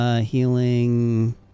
Healing